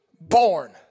born